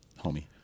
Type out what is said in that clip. homie